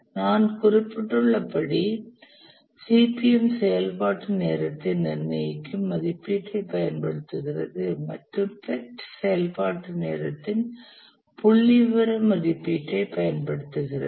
நான் குறிப்பிட்டுள்ளபடி CPM செயல்பாட்டு நேரத்தை நிர்ணயிக்கும் மதிப்பீட்டைப் பயன்படுத்துகிறது மற்றும் PERT செயல்பாட்டு நேரத்தின் புள்ளிவிவர மதிப்பீட்டைப் பயன்படுத்துகிறது